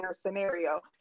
scenario